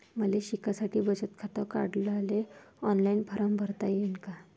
मले शिकासाठी बचत खात काढाले ऑनलाईन फारम भरता येईन का?